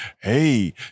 Hey